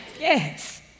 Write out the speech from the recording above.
Yes